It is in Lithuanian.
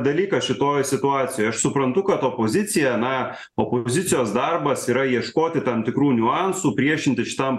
dalykas šitoj situacijoj aš suprantu kad opozicija na opozicijos darbas yra ieškoti tam tikrų niuansų priešintis šitam